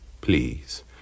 please